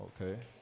Okay